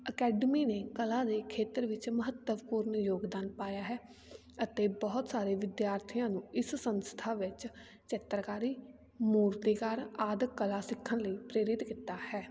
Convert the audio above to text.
academy ਨੇ ਕਲਾ ਦੇ ਖੇਤਰ ਵਿੱਚ ਮਹੱਤਵਪੂਰਨ ਯੋਗਦਾਨ ਪਾਇਆ ਹੈ ਅਤੇ ਬਹੁਤ ਸਾਰੇ ਵਿਦਿਆਰਥੀਆਂ ਨੂੰ ਇਸ ਸੰਸਥਾ ਵਿੱਚ ਚਿੱਤਰਕਾਰੀ ਮੂਰਤੀਕਾਰ ਆਦਿ ਕਲਾ ਸਿੱਖਣ ਲਈ ਪ੍ਰੇਰਿਤ ਕੀਤਾ ਹੈ